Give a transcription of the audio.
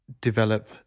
develop